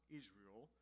israel